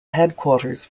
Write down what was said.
headquarters